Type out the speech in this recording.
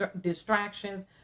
distractions